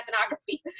ethnography